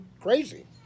crazy